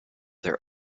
their